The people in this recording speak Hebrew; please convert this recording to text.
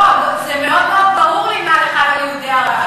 לא, זה מאוד מאוד ברור לי מה לך וליהודי ערב.